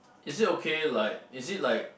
is it okay like is it like